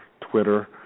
Twitter